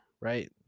right